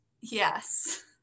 Yes